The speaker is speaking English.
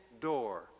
door